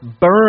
burn